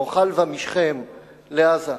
או חלבה משכם לעזה.